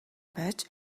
байж